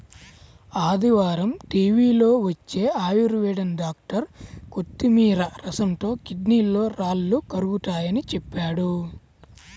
ఆదివారం టీవీలో వచ్చే ఆయుర్వేదం డాక్టర్ కొత్తిమీర రసంతో కిడ్నీలో రాళ్లు కరుగతాయని చెప్పాడు